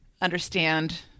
understand